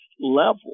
level